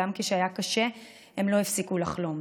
גם כשהיה קשה הם לא הפסיקו לחלום.